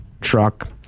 truck